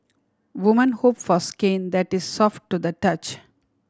women hope for skin that is soft to the touch